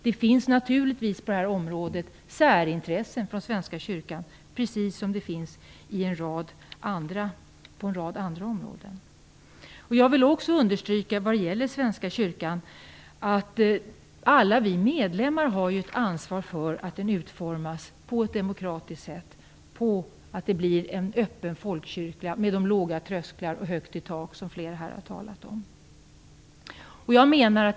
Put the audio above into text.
Det finns naturligtvis på detta område särintressen från Svenska kyrkan, precis som det finns på en rad andra områden. Jag vill också vad gäller Svenska kyrkan understryka att alla vi medlemmar har ett ansvar för att den utformas på ett demokratiskt sätt och för att det blir en öppen folkkyrka med låga trösklar och högt i tak, som flera här har talat om.